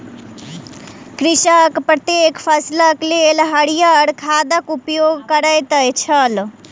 कृषक प्रत्येक फसिलक लेल हरियर खादक उपयोग करैत छल